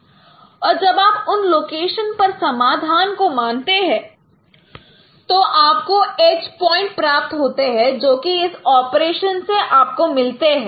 और जब आप उन लोकेशन पर समाधान को मानते हैं तो आपको एज पॉइंट प्राप्त होते हैं जो कि इस ऑपरेशन से आपको मिलते हैं